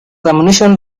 ammunition